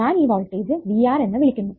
ഞാൻ ഈ voltage VR എന്ന് വിളിക്കുന്നു